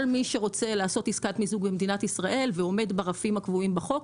כל מי שרוצה לעשות עסקת מיזוג במדינת ישראל ועומד ברפים הקבועים בחוק,